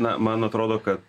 na man atrodo kad